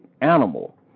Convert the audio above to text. animal